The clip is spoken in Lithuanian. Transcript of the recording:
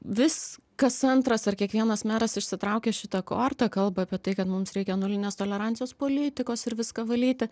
vis kas antras ar kiekvienas meras išsitraukia šitą kortą kalba apie tai kad mums reikia nulinės tolerancijos politikos ir viską valyti